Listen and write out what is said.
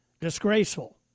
Disgraceful